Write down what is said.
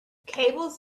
cables